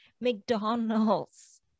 McDonald's